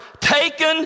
taken